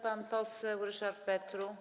Pan poseł Ryszard Petru.